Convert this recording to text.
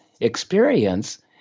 experience